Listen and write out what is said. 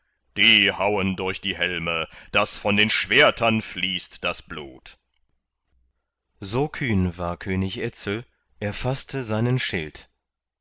hauen durch die helme daß von den schwertern fließt das blut so kühn war könig etzel er faßte seinen schild